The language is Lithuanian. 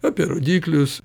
apie rodiklius